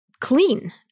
clean